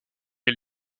est